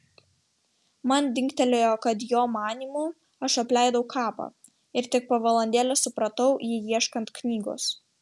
man dingtelėjo kad jo manymu aš apleidau kapą ir tik po valandėlės supratau jį ieškant knygos